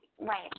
Right